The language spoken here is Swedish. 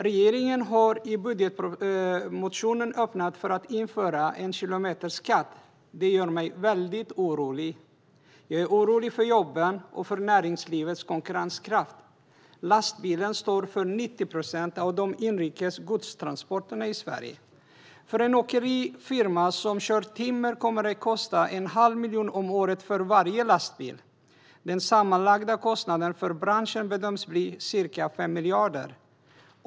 Regeringen har i budgetpropositionen öppnat för att införa en kilometerskatt. Det gör mig väldigt orolig. Jag är orolig för jobben och för näringslivets konkurrenskraft. Lastbilar står för 90 procent av de inrikes godstransporterna i Sverige. För en åkerifirma som kör timmer kommer det att kosta en halv miljon om året för varje lastbil. Den sammanlagda kostnaden för branschen bedöms bli ca 5 miljarder.